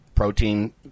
Protein